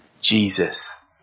Jesus